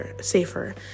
safer